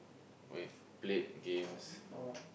we've played games